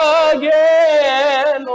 again